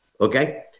okay